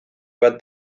bat